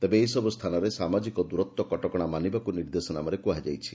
ତେବେ ଏସବୁ ସ୍ରାନରେ ସାମାଜିକ ଦୂରତ୍ କଟକଶା ମାନିବାକୁ ନିର୍ଦ୍ଦେଶନାମାରେ କୁହାଯାଇଛି